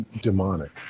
demonic